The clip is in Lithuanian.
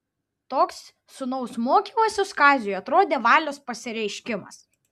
toks sūnaus mokymasis kaziui atrodė valios pasireiškimas